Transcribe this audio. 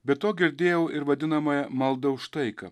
be to girdėjau ir vadinamąją maldą už taiką